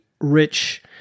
rich